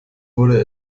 wurde